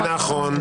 נכון.